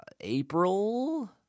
April